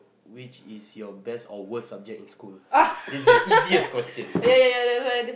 which is your best or worst subject in school this is the easiest question